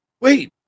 wait